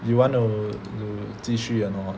you want to to 继续 or not